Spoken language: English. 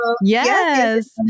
yes